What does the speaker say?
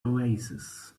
oasis